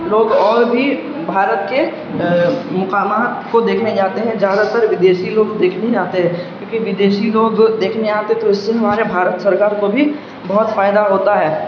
لوگ اور بھی بھارت کے مقامات کو دیکھنے جاتے ہیں زیادہ تر ودیسی لوگ دیکھنے آتے ہیں کیونکہ ودیشی لوگ دیکھنے آتے تو اس سے ہمارے بھارت سرکار کو بھی بہت فائدہ ہوتا ہے